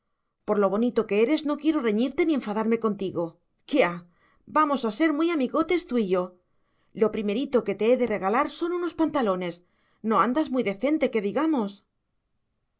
por lo bonito que eres no quiero reñirte ni enfadarme contigo quiá vamos a ser muy amigotes tú y yo lo primerito que te he de regalar son unos pantalones no andas muy decente que digamos